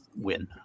win